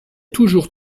toujours